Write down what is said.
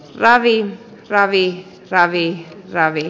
dariin raviihin ravi kc ravi